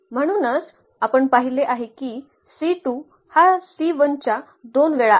म्हणूनच आपण पाहिले आहे की हा कॉलम 2 च्या दोन वेळा आहे